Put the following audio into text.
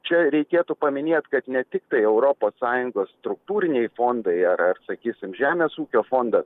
čia reikėtų paminėt kad ne tiktai europos sąjungos struktūriniai fondai ar ar sakysim žemės ūkio fondas